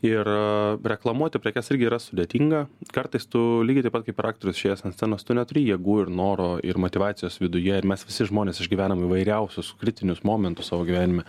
ir reklamuoti prekes irgi yra sudėtinga kartais tu lygiai taip pat kaip ir aktorius išėjęs ant scenos tu neturi jėgų ir noro ir motyvacijos viduje ir mes visi žmonės išgyvenam įvairiausius kritinius momentus savo gyvenime